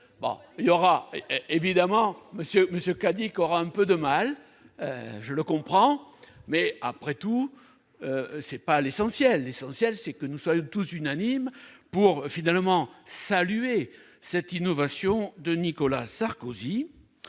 Pas sûr ... Évidemment, M. Cadic aura un peu de mal, je peux le comprendre, mais, après tout, ce n'est pas l'essentiel. L'essentiel est que nous soyons unanimes pour saluer cette innovation de Nicolas Sarkozy,